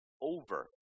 over